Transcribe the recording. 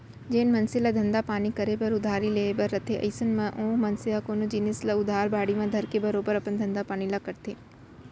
जेन मनसे ल धंधा पानी करे बर उधारी लेहे बर रथे अइसन म ओ मनसे ह कोनो जिनिस ल उधार बाड़ी म धरके बरोबर अपन धंधा पानी ल करथे